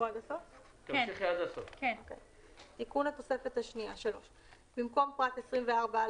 תיקון התוספת השניה במקום פרט 24א